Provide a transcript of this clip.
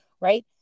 right